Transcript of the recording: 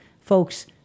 Folks